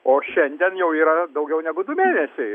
o šiandien jau yra daugiau negu du mėnesiai